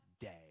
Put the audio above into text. day